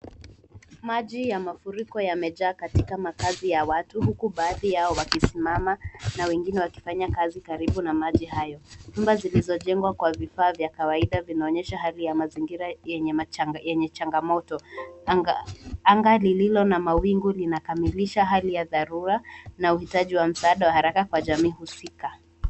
Maji ya mafuriko yamejaa katika makazi ya watu huku baadhi yao wakisimama na wengine wakifanya kazi karibu na maji hayo. Nyumba zilizojengwa kwa vifaa vya kawaida vinaonyesha hali ya mazingira yenye changamoto . Anga lililo na mawingu linakamilisha hali ya dharura na uhitaji wa msaada wa haraka kwa jamii husika.